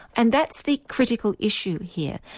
and that's the critical issue here,